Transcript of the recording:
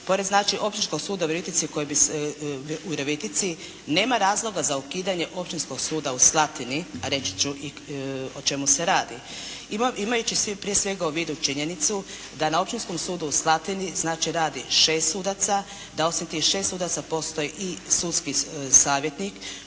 Općinskog suda u Virovitici, nema razloga za ukidanje općinskog suda u Slatini. A reći ću o čemu se radi. Imajući svi prije svega u vidu činjenicu da na Općinskom sudu u Slatini znači radi 6 sudaca, da osim tih 6 sudaca postoji sudski savjetnik